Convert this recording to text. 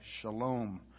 shalom